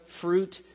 fruit